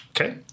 okay